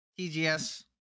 TGS